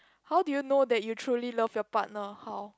how do you know that you truly love your partner how